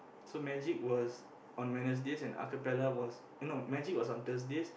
so magic was on Wednesdays and acapella was no magic was on Thursdays